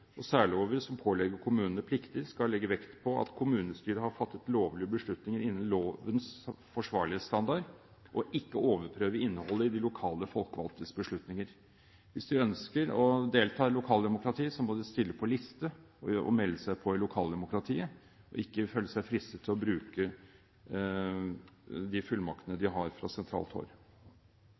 og særlover som pålegger kommunene plikter, skal legge vekt på at kommunestyret har fattet lovlige beslutninger innen lovens forsvarlighetsstandard – ikke overprøve innholdet i de lokale folkevalgtes beslutninger. Hvis man ønsker å delta i lokaldemokratiet, må man stille på liste og melde seg på i lokaldemokratiet – ikke føle seg fristet til å bruke de fullmaktene de har fra sentralt